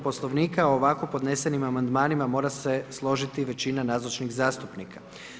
Poslovnika o ovako podnesenim amandmanima, mora se složiti većina nazočnih zastupnika.